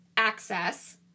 Access